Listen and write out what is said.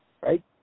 Right